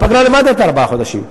הפגרה לבד היתה ארבעה חודשים,